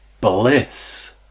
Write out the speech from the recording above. Bliss